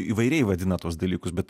įvairiai vadina tuos dalykus bet